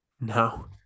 No